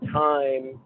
time